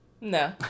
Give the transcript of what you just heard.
No